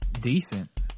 decent